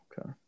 Okay